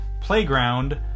Playground